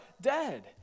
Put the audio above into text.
dead